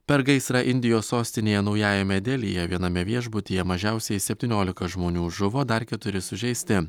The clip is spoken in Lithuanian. per gaisrą indijos sostinėje naujajame delyje viename viešbutyje mažiausiai septyniolika žmonių žuvo dar keturi sužeisti